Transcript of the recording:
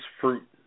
fruit